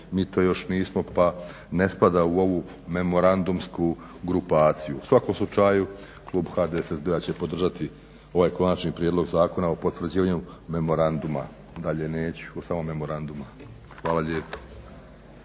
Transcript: mi to još nismo pa ne spada u ovu memorandumsku grupaciju. U svakom slučaju klub HDSSB-a će podržati ovaj konačni prijedlog zakona o potvrđivanju memoranduma, dalje neću, samo memoranduma. Hvala lijepa.